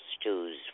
stews